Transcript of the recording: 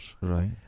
right